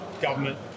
government